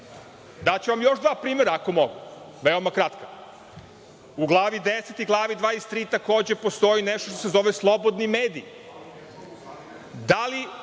vam još dva primera ako mogu, veoma kratka. U glavi 10. i glavi 23. takođe postoji nešto što se zove slobodni mediji.